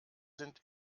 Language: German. sind